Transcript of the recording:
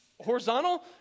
horizontal